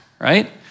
right